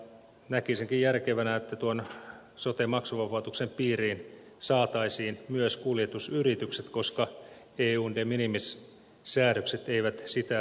näkisinkin järkevänä että tuon sotemaksuvapautuksen piiriin saataisiin myös kuljetusyritykset koska eun de minimis säädökset eivät sitä tosiasiallisesti estä